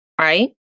right